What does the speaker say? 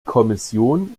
kommission